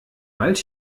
wald